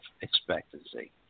expectancy